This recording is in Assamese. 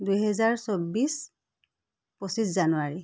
দুহেজাৰ চৌব্বিছ পঁচিছ জানুৱাৰী